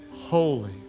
holy